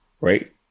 right